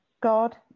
God